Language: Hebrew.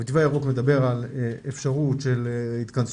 המתווה הירוק מדבר על אפשרות של התכנסות